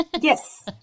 Yes